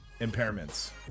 impairments